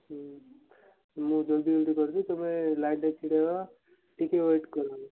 ହଁ ମୁଁ ଜଲ୍ଦି ଜଲ୍ଦି କରୁଛି ତୁମେ ଲାଇନ୍ରେ ଛିଡ଼ା ହୁଅ ଟିକେ ୱେଟ୍ କର